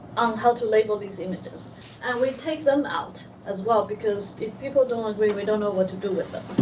on how to label these images and we take them out as well because if people don't agree, we don't know what to do with them,